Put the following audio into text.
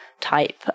type